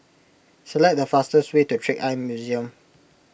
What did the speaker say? select the fastest way to Trick Eye Museum